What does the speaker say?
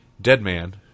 Deadman